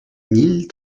mille